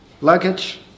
luggage